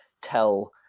tell